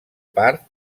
part